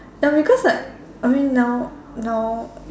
ya because like I mean now now